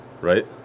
Right